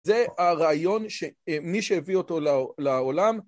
זה הרעיון שמי שהביא אותו לעולם